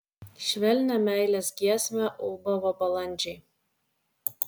švelnią meilės giesmę ulbavo balandžiai